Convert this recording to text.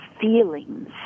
feelings